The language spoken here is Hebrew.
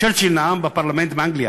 צ'רצ'יל נאם בפרלמנט באנגליה